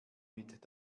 mit